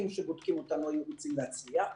שבודקים אותנו היינו רוצים להצליח.